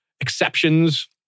exceptions